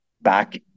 back